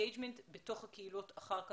האינג'מנט בתוך הקהילות לאחר מכן,